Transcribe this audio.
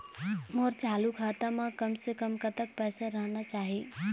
मोर चालू खाता म कम से कम कतक पैसा रहना चाही?